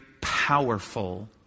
powerful